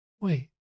Wait